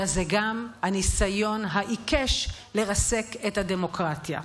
אלא זה גם הניסיון העיקש לרסק את הדמוקרטיה,